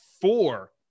four